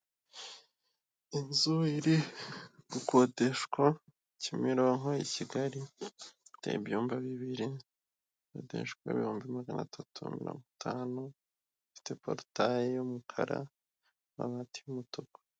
Inzu iri gukodeshwa Kimironko i Kigali ifite ibyumba bibiri, ikodeshwa ibihumbi magana atatu na mirongo itanu, ifite porotaye y'umukara n'amabati y'umutuku.